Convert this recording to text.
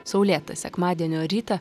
saulėtą sekmadienio rytą